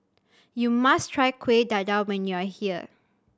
you must try Kuih Dadar when you are here